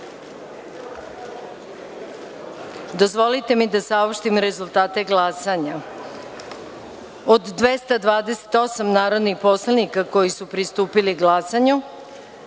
Dozvolite mi da saopštim rezultate glasanja. Od 228 narodnih poslanika koji su pristupili glasanju,